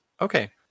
Okay